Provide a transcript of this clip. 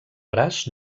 braç